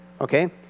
Okay